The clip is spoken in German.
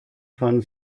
von